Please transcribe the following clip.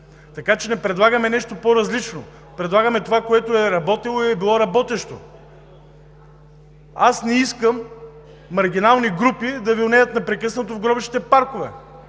Така че не предлагаме нещо по-различно, предлагаме това, което е работило и е било работещо. Аз не искам маргинални групи да вилнеят непрекъснато в гробищните паркове,